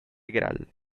gral